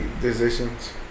decisions